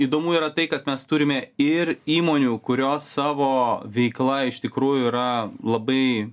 įdomu yra tai kad mes turime ir įmonių kurios savo veikla iš tikrųjų yra labai